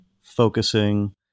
focusing